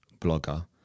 blogger